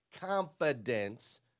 confidence